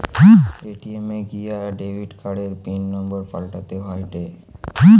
ATM এ গিয়া debit কার্ডের পিন নম্বর পাল্টাতে হয়েটে